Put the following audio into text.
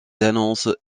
annonces